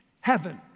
Heaven